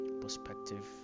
perspective